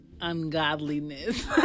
ungodliness